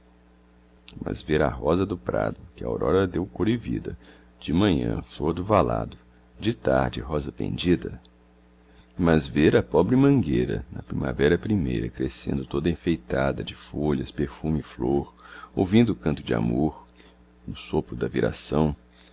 ver a rosa do prado que a aurora deu cor e vida de manhã flor do valado de tarde rosa pendida mas ver a pobre mangueira na primavera primeira crescendo toda enfeitada de folhas perfume e flor ouvindo o canto de amor no sopro da viração